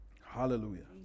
Hallelujah